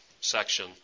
section